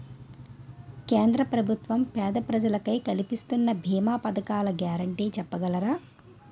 కేంద్ర ప్రభుత్వం పేద ప్రజలకై కలిపిస్తున్న భీమా పథకాల గ్యారంటీ చెప్పగలరా?